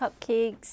cupcakes